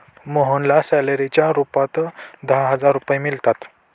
मोहनला सॅलरीच्या रूपात दहा हजार रुपये मिळतात